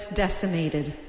decimated